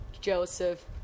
Joseph